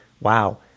wow